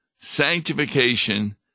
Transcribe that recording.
sanctification